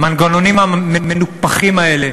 המנגנונים המנופחים האלה